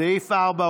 סעיף 4,